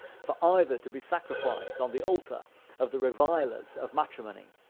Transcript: for either to be sacrificed on the altar of the revilers of matrimony,